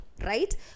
right